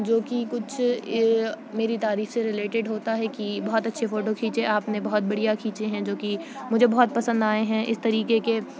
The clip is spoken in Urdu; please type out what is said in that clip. جو کہ کچھ میری تعریف سے ریلیٹیڈ ہوتا ہے کہ بہت اچھے فوٹو کھینچے آپ نے بہت بڑھیا کھینچے ہیں جو کہ مجھے بہت پسند آئے ہیں اس طریقے کے